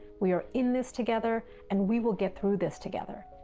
we are in this together, and we will get through this together.